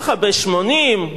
ככה ב-80%,